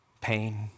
Pain